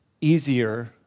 easier